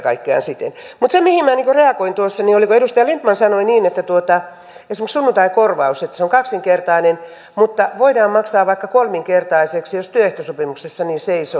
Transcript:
mutta se mihin minä tuossa reagoin oli kun edustaja lindtman sanoi niin että esimerkiksi sunnuntaikorvaus on kaksinkertainen mutta voidaan maksaa vaikka kolminkertaisena jos työehtosopimuksessa niin seisoo